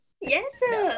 Yes